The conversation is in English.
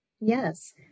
Yes